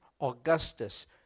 Augustus